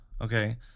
okay